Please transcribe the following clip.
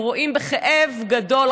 הם רואים בכאב גדול,